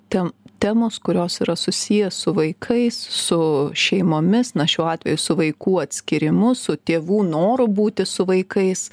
ten temos kurios yra susiję su vaikais su šeimomis na šiuo atveju su vaikų atskyrimu su tėvų noru būti su vaikais